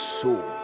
soul